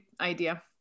idea